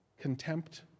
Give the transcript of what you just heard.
contempt